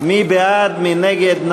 מי בעד, מי נגד?